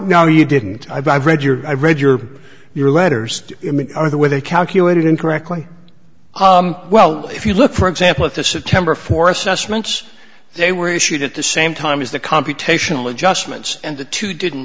no you didn't i but i've read your i read your your letters are the way they calculated incorrectly well if you look for example at the september for assessments they were issued at the same time as the computational adjustments and the two didn't